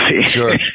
Sure